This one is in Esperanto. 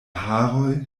haroj